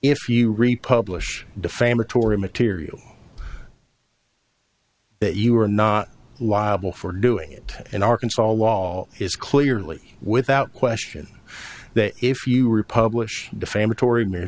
if you re publish defamatory material that you are not liable for doing it in arkansas law is clearly without question that if you were publish defamatory an